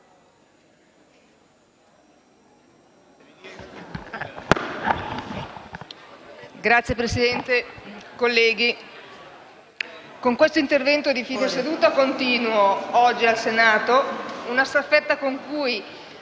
Signora Presidente, colleghi, con questo intervento di fine seduta continuo, oggi, al Senato, una staffetta con cui,